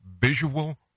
Visual